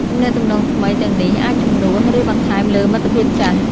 ទំនាក់ទំនងថ្មីទាំងនេះអាចជំនួស ឬបន្ថែមលើមិត្តភាពចាស់។